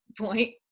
point